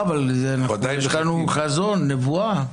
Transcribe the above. לא, אבל יש לנו חזון, נבואה.